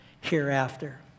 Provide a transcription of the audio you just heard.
hereafter